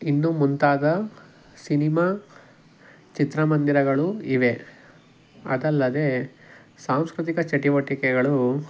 ಇನ್ನೂ ಮುಂತಾದ ಸಿನಿಮಾ ಚಿತ್ರಮಂದಿರಗಳೂ ಇವೆ ಅದಲ್ಲದೇ ಸಾಂಸ್ಕ್ರತಿಕ ಚಟುವಟಿಕೆಗಳು